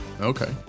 Okay